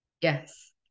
yes